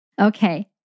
Okay